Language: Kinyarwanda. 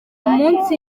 munsi